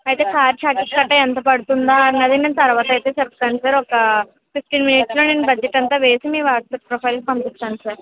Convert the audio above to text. అయితే car charges గట్ట ఎంత పడుతుంది అన్నది నేను తర్వాత అయితే చెప్తాను సార్ ఒక ఫిఫ్టీన్ మినిట్స్లో నేను బడ్జెట్ అంతా వేసి మీ వాట్సాప్ ప్రొఫైల్కి పంపిస్తాను సార్